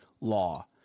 law